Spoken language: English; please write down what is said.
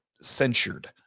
censured